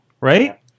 Right